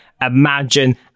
imagine